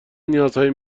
نیازهای